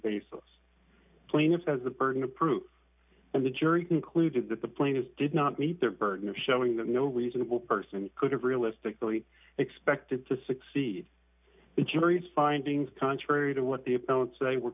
baseless plaintiff has the burden of proof and the jury concluded that the plaintiffs did not meet their burden of showing that no reasonable person could have realistically expected to succeed the jury's findings contrary to what the appellate say were